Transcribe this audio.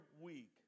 week